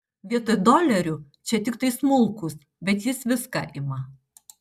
vietoj dolerių čia tiktai smulkūs bet jis viską ima